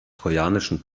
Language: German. trojanischen